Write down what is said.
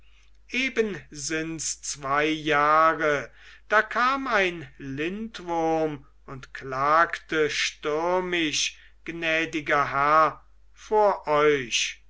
eben sinds zwei jahre da kam ein lindwurm und klagte stürmisch gnädiger herr vor euch